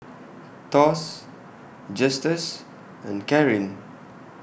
Thos Justus and Caryn